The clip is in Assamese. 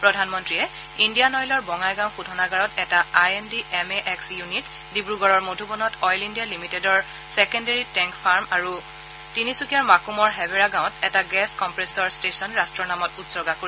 প্ৰধানমন্ত্ৰীয়ে ইণ্ডিয়ান অইলৰ বঙাইগাঁও শোধনাগাৰত এটা I N D M A এস্ক ইউনিট ডিব্ৰুগড়ৰ মধুবনত অইন ইণ্ডিয়া লিমিটেডৰ ছেকেণ্ডেৰী টেংক ফাৰ্ম আৰু তিনিচুকীয়াৰ মাকুমৰ হেবেৰগাঁৱত এটা গেছ কপ্ৰেইছ'ৰ ষ্টেচন ৰাষ্ট্ৰ নামত উৎসৰ্গা কৰিব